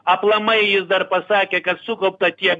aplamai jis dar pasakė kad sukaupta tiek